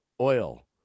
oil